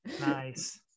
nice